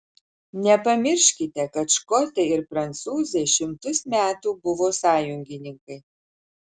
nepamirškite kad škotai ir prancūzai šimtus metų buvo sąjungininkai